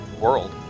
world